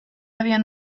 habían